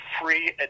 free